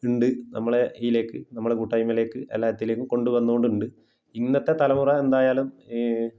ഉണ്ട് നമ്മളെ ഇതിലേക്ക് നമ്മളെ കൂട്ടായ്മയിലേക്ക് എല്ലാത്തിലേക്കും കൊണ്ടു വന്നത് കൊണ്ട് ഉണ്ട് ഇന്നത്തെ തലമുറ എന്തായാലും